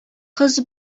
кыз